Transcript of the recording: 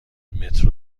مترو